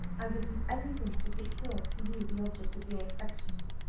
i will do every thing to secure to you the object of your affections,